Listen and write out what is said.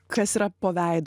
kas yra po veidu